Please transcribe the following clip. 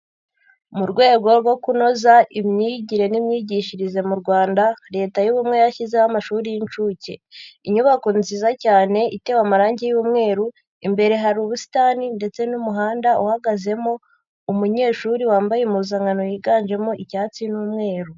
Mu rwego rwo kunoza imyigire n'imyigishirize mu Rwanda, leta y'ubumwe yashyizeho amashuri y'inshuke. Inyubako nziza cyane itewe amarangi y'umweru imbere hari ubusitani ndetse n'umuhanda uhagazemo umunyeshuri wambaye impuzankano yiganjemo icyatsi n'umweru.